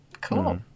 cool